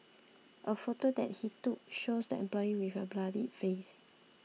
a photo that he took shows the employee with a bloodied face